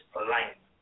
aligned